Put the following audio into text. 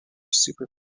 super